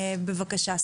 בבקשה.